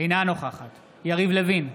אינה נוכחת יריב לוין,